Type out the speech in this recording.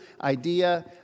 idea